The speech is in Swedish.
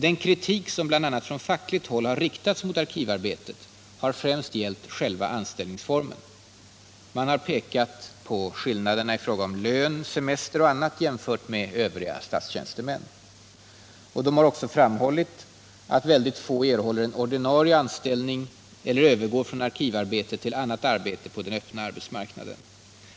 Den kritik som bl.a. från fackligt håll har riktats mot arkivarbetet har främst gällt själva anställningsformen. Man har pekat på skillnaden i fråga om lön, semester, m.m. jämfört med övriga statstjänstemän. Man har även framhållit att väldigt få erhåller en ordinarie anställning eller övergår från arkivarbete till annat arbete på den öppna marknaden.